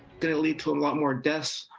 it'll lead to a lot more deaths,